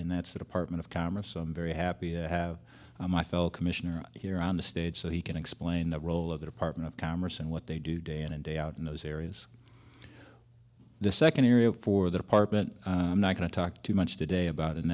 and that's the department of commerce so i'm very happy to have my fellow commissioner here on the stage so he can explain the role of the department of commerce and what they do day in and day out in those areas the second area for their part but i'm not going to talk too much today about and